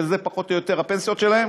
וזה פחות או יותר הפנסיות שלהם,